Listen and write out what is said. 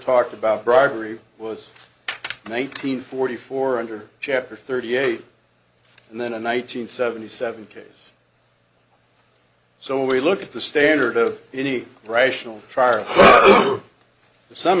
talked about bribery was nineteen forty four under chapter thirty eight and then in one nine hundred seventy seven case so we look at the standard of any rational trier to some